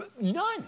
None